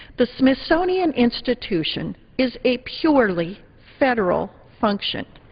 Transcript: the smithsonian institution is a purely federal function.